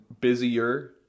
busier